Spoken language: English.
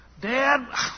Dad